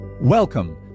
Welcome